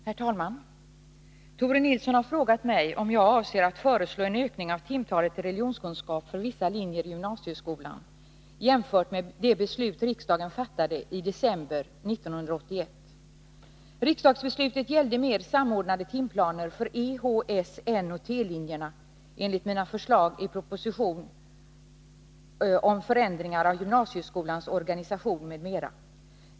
Herr talman! Tore Nilsson har frågat mig om jag avser att föreslå en ökning av timtalet i religionskunskap för vissa linjer i gymnasieskolan jämfört med det beslut riksdagen fattade i december 1981. T-linjerna enligt mina förslag i proposition 1981/82:14 om förändringar av gymnasieskolans organisation m.m.